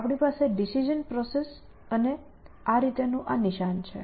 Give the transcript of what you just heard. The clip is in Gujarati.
આપણી પાસે ડીસીઝન પ્રોસેસીસ અને આ રીતેનું આ નિશાન છે